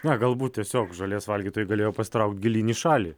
na galbūt tiesiog žolės valgytojai galėjo pasitraukti gilyn į šalį